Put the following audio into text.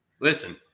Listen